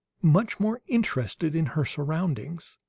much more interested in her surroundings,